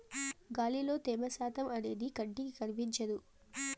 గాలిలో త్యమ శాతం అనేది కంటికి కనిపించదు